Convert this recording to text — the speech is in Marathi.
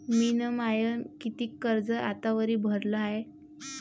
मिन माय कितीक कर्ज आतावरी भरलं हाय?